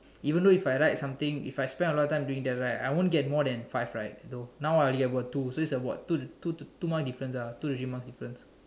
even though if I write something if I spend a lot of time doing that I won't get more than five right now I get about two so its like two to three marks difference